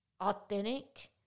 authentic